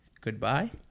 goodbye